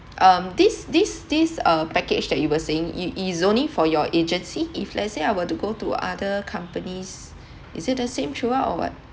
um this this this uh package that you were saying i~ is only for your agency if let's say I were to go to other companies is it the same throughout or what